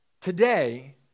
today